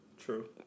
True